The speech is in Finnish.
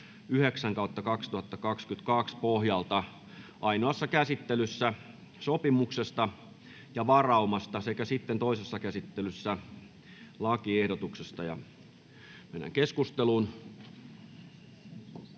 9/2022 vp pohjalta ainoassa käsittelyssä sopimuksesta ja varaumasta sekä sitten toisessa käsittelyssä lakiehdotuksesta.